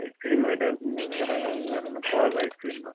ice cream item இருக்குதுங்க வேறு வேறு என்ன பால் ஐஸ் கிரீம் தான்